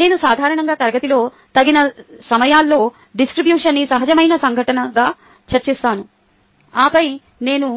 నేను సాధారణంగా తరగతిలో తగిన సమయాల్లో డిస్ట్రిబ్యూషన్ని సహజమైన సంఘటనగా చర్చిస్తాను ఆపై నేను